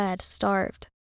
starved